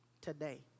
today